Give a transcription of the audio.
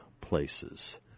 places